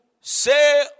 Say